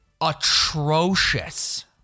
atrocious